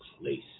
place